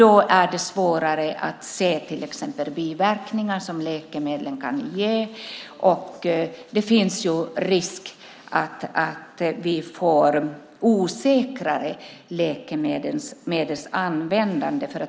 Då är det svårare att se till exempel biverkningar som läkemedlen kan ge, och det finns risk att vi får osäkrare läkemedelsanvändande.